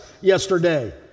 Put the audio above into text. yesterday